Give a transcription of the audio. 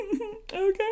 Okay